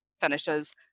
finishes